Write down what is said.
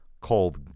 called